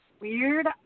weird